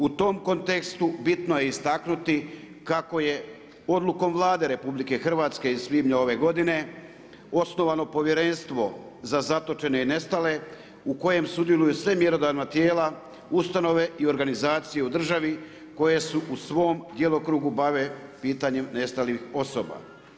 U tom kontekstu bitno je istaknuti kako je odlukom Vlade RH iz svibnja ove godine osnovano povjerenstvo za zatočene i nestale u kojem sudjeluju sva mjerodavna tijela, ustanove i organizacije u državi koje se u svom djelokrugu bave pitanjem nestalih osoba.